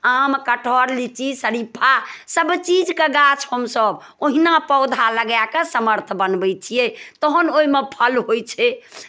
आम कटहर लीची सरीफा सभचीजके गाछ हमसभ ओहिना पौधा लगाए कऽ समर्थ बनबै छियै तहन ओहिमे फल होइ छै